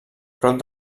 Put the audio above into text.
prop